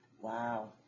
Wow